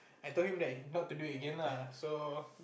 I told him that not to do it again lah so